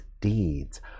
deeds